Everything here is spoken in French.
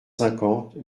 cinquante